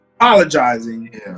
apologizing